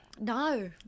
No